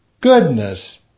goodness